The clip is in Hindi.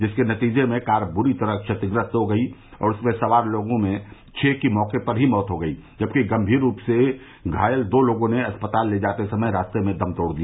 जिसके नतीजे में कार बुरी तरह क्षतिग्रस्त हो गई और उसमें सवार लोगों में छह की मौके पर ही मौत हो गई जबकि गंभीर रूप से घायल दो लोगों ने अस्पताल ले जाते समय रास्ते में ही दम तोड़ दिया